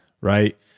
right